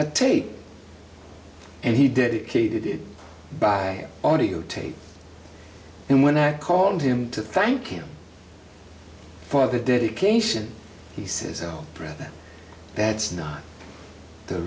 a take and he did it by audiotape and when i called him to thank him for the dedication he says oh that's not the